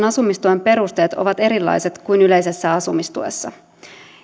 asumistuen perusteet ovat erilaiset kuin yleisessä asumistuessa